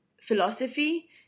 philosophy